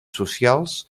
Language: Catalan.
socials